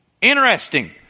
Interesting